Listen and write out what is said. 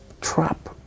trap